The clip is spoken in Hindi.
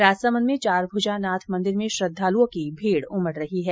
राजसमंद में चारभूजा नाथ मंदिर में श्रद्धालुओं की भीड उमड रही है